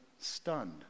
stunned